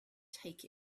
take